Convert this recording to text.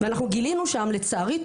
אנחנו גילינו שם לצערי,